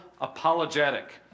apologetic